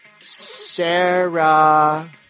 Sarah